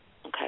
okay